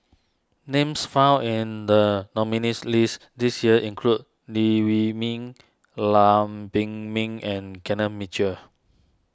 names found in the nominees' list this year include Li Wee Mee Lam Pin Min and Kenneth Mitchell